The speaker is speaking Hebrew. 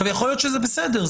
יכול להיות שזה בסדר.